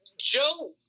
Joe